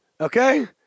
okay